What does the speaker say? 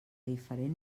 diferent